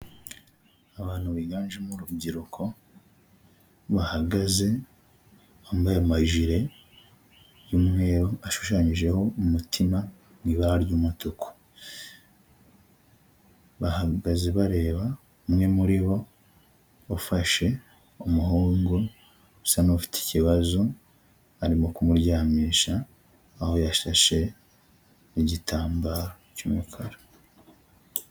Abantu biganjemo urubyiruko, bahagaze bambaye amajire y'umweru ashushanyijeho umutima ibara ry'umutuku. Bahagaze bareba umwe muri bo wafashe umuhungu usa n'ufite ikibazo, arimo kumuryamisha aho yashashe n'igitambaro cy'umukara.